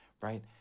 right